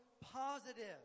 positive